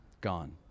gone